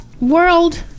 world